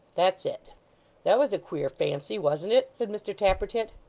that's it that was a queer fancy, wasn't it said mr tappertit.